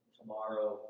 tomorrow